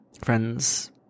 Friends